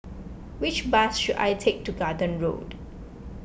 which bus should I take to Garden Road